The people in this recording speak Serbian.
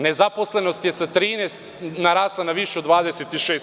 Nezaposlenost je sa 13% narasla na više od 26%